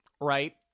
right